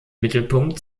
mittelpunkt